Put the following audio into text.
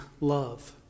love